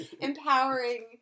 empowering